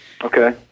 Okay